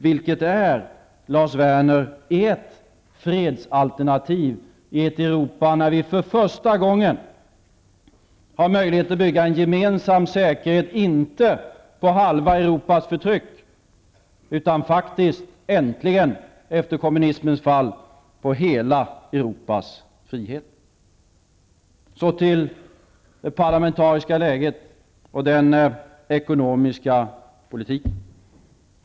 Vilket är, Lars Werner, ert fredsalternativ i ett Europa där vi för första gången har möjlighet att bygga en gemensam säkerhet inte på halva Europas förtryck utan faktiskt äntligen efter kommunismens fall på hela Europas frihet? Så till det parlamentariska läget och den ekonomiska politiken.